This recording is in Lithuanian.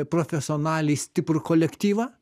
profesionaliai stiprų kolektyvą